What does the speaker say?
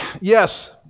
yes